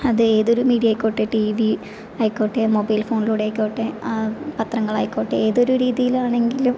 അത് ഏതൊരു മീഡിയ ആയിക്കോട്ടെ ടിവി ആയിക്കോട്ടെ മൊബൈൽ ഫോണിലൂടെ ആയിക്കോട്ടെ പത്രങ്ങളായിക്കോട്ടെ ഏതൊരു രീതിയിലാണെങ്കിലും